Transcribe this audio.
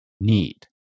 need